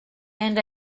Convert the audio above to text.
and